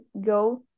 go